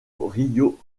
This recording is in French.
rio